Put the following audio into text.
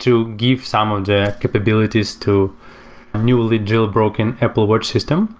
to give some of the capabilities to newly jailbroken apple watch system.